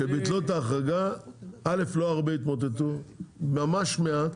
כשביטלו את ההחרגה א' לא הרבה התמוטטו, ממש מעט,